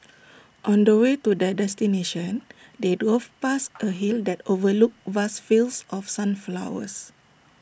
on the way to their destination they drove past A hill that overlooked vast fields of sunflowers